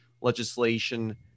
legislation